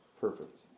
Perfect